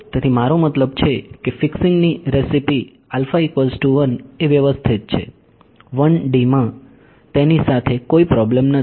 તેથી મારો મતલબ છે કે ફિક્સિંગ ની રેસીપી એ વ્યવસ્થિત છે 1D માં તેની સાથે કોઈ પ્રોબ્લેમ નથી